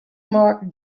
mark